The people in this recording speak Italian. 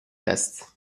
test